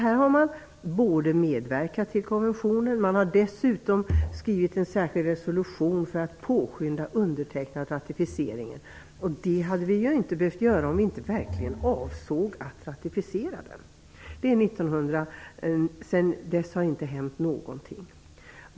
Här har man medverkat till konventionen och dessutom skrivit en särskild resolution för att påskynda undertecknandet och ratificeringen. Det hade vi inte behövt göra om vi verkligen avsåg att ratificera den. Det var 1989, sedan dess har det inte hänt någonting.